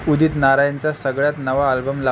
उदित नारायनचा सगळ्यात नवा अल्बम लाव